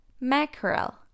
Mackerel